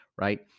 right